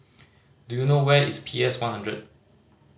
do you know where is P S One hundred